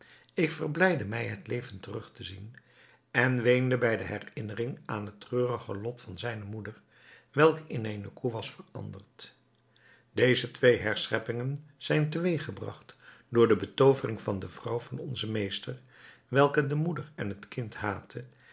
ik verblijdde mij het levend terug te zien en weende bij de herinnering aan het treurige lot van zijne moeder welke in eene koe was veranderd deze twee herscheppingen zijn te weeg gebragt door de betoovering van de vrouw van onzen meester welke de moeder en het kind haatte